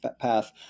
path